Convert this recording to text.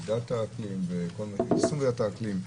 ועידת האקלים וסוגיית האקלים.